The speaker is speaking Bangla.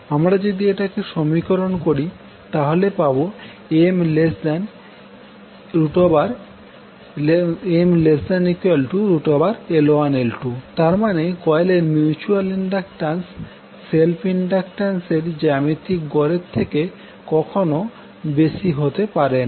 আমরা যদি এটাকে সরলীকরণ করি তাহলে পাব M≤L1L2 তারমানে কোয়েলের মিউচুয়াল ইন্ডাকট্যান্স সেলফ ইন্ডাক্টান্স এর জ্যামিতিক গড়ের থেকে কখনো বেশি হতে পারে না